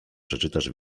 przeczytasz